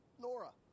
Nora